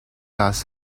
las